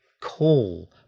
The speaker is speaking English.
call